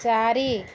ଚାରି